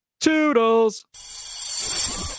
Toodles